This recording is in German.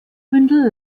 bündel